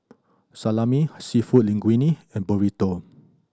Salami Seafood Linguine and Burrito